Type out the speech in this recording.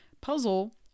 puzzle